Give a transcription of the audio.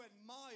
admire